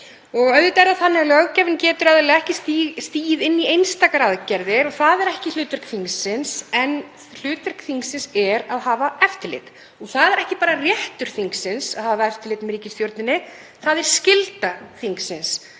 Auðvitað getur löggjafinn ekki stigið inn í einstakar aðgerðir og það er ekki hlutverk þingsins. En hlutverk þingsins er að hafa eftirlit. Það er ekki bara réttur þingsins að hafa eftirlit með ríkisstjórninni, það er skylda þingsins